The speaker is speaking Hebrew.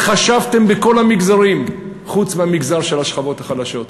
התחשבתם בכל המגזרים חוץ מבמגזר של השכבות החלשות.